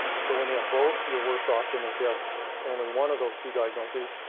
so when you have both, you're worse off than if you have only one of those two diagnoses,